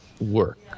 work